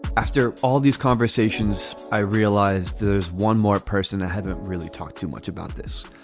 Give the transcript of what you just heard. after all these conversations, i realized there's one more person i haven't really talked too much about this.